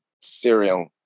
cereal